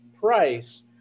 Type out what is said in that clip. price